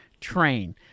Train